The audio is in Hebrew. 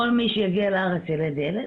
כל מי שיגיע לארץ ילד ילד,